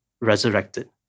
resurrected